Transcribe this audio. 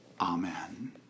Amen